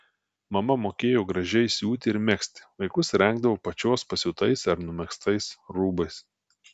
mama mokėjo gražiai siūti ir megzti vaikus rengdavo pačios pasiūtais ar numegztais rūbais